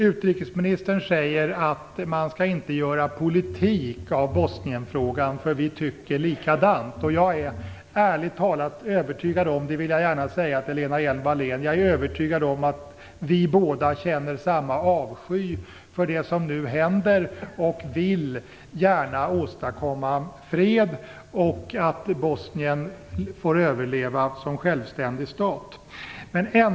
Utrikesministern säger att man inte skall göra politik av Bosnienfrågan, för vi tycker likadant. Jag är övertygad om att vi båda känner samma avsky för det som nu händer och gärna vill åstadkomma fred och att Bosnien får överleva som självständig stat. Det vill jag gärna säga till Lena Hjelm-Wallén.